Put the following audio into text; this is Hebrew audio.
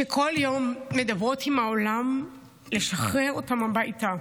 שכל יום מדברות עם העולם לשחרר אותם הביתה.